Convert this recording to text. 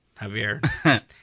Javier